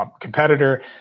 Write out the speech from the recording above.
competitor